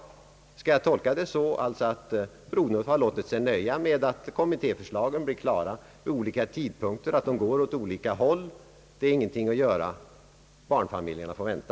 Skall jag tolka det så att fru Ohdnoff har låtit sig nöja med att kommittéförslagen blir färdiga vid olika tidpunkter och att de går åt olika håll samt att det ingenting är att göra åt saken, utan att barnfamiljerna får vänta?